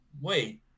wait